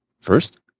first